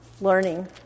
learning